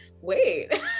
wait